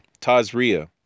Tazria